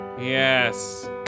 Yes